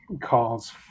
calls